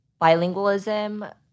bilingualism